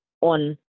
on